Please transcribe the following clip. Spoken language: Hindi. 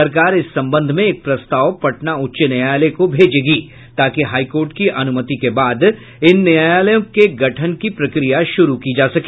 सरकार इस संबंध में एक प्रस्ताव पटना उच्च न्यायालय को भेजेगी ताकि हाई कोर्ट की अनुमति के बाद इन न्यायालयों के गठन की प्रक्रिया शुरू की जा सके